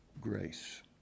grace